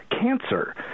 cancer